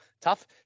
tough